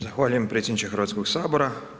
Zahvaljujem predsjedniče Hrvatskog sabora.